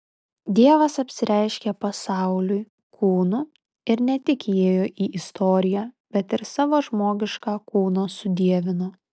dievas apsireiškė pasauliui kūnu ir ne tik įėjo į istoriją bet ir savo žmogišką kūną sudievino